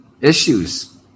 Issues